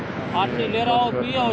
मैं अपनी एफ.डी को बंद करना चाहता हूँ